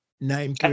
name